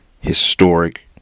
historic